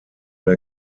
der